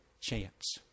chance